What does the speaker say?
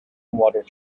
water